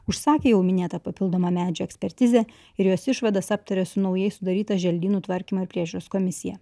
užsakė jau minėtą papildomą medžių ekspertizę ir jos išvadas aptarė su naujai sudaryta želdynų tvarkymo ir priežiūros komisija